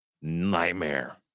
nightmare